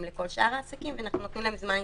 לכל שאר העסקים ואנחנו נותנים להם זמן התארגנות.